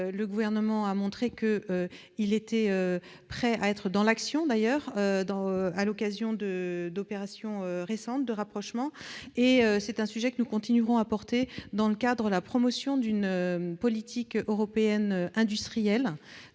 Le Gouvernement a montré d'ailleurs qu'il était prêt à l'action, à l'occasion d'opérations récentes de rapprochement. C'est un sujet que nous continuerons à porter dans le cadre de la promotion d'une politique européenne industrielle.